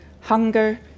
Hunger